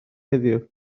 heddiw